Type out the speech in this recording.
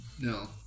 No